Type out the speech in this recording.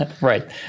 Right